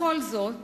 בכל זאת